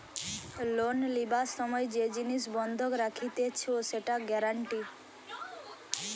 loan লিবার সময় যে জিনিস বন্ধক রাখতিছে সেটা গ্যারান্টি